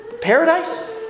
Paradise